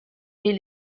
est